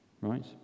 right